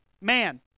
man